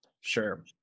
sure